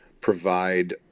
provide